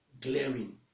glaring